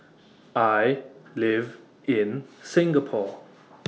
I live in Singapore